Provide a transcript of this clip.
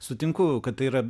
sutinku kad tai yra